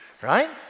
right